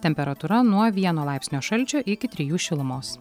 temperatūra nuo vieno laipsnio šalčio iki trijų šilumos